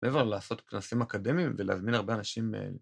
מעבר ללעשות כנסים אקדמיים ולהזמין הרבה אנשים...